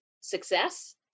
success